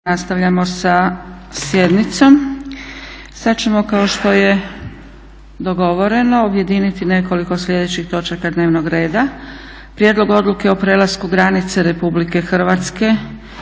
nastavljamo sa sjednicom. Sada ćemo kao što je dogovoreno objediniti nekoliko sljedećih točaka dnevnog reda: - Prijedlog odluke o prelasku granice RH Oružanih